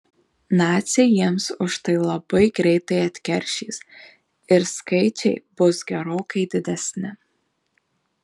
naciai jiems už tai labai greitai atkeršys ir skaičiai bus gerokai didesni